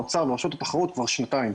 האוצר והרשות לתחרות כבר שנתיים.